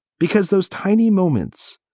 because those tiny moments.